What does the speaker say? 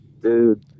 dude